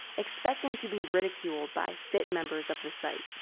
expecting to be ridiculed by fit members of the site.